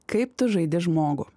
kaip tu žaidi žmogų